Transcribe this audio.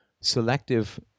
Selective